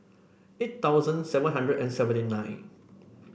eight thousand seven hundred and seventy nine